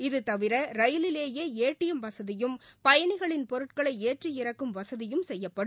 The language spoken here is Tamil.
இதுதவிர ரயிலிலேயே ஏடிஎம் வசதியும் பயணிகளின் பொருட்களை ஏற்றி இறக்கும் வசதியும் செய்யப்படும்